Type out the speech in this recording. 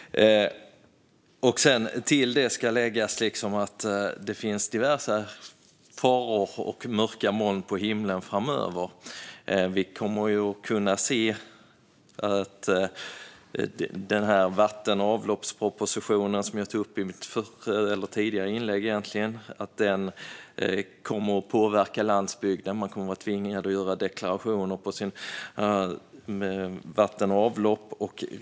Till det ska läggas att det finns diverse faror och mörka moln på himlen framöver. Vi kommer att kunna se att den här vatten och avloppspropositionen, som jag tog upp i ett tidigare inlägg, kommer att påverka landsbygden. Man kommer att bli tvingad att göra deklarationer på sitt vatten och avlopp.